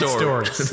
stories